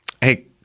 Hey